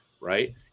Right